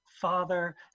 Father